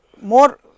more